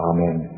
Amen